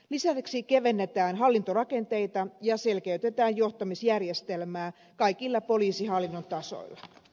lisäksi kevennetään hallintorakenteita ja selkeytetään johtamisjärjestelmää kaikilla poliisihallinnon tasoilla